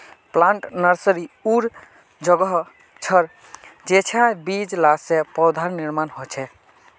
plant nursery उर जोगोह छर जेंछां बीज ला से पौधार निर्माण होछे